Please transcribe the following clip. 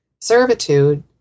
servitude